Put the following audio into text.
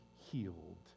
healed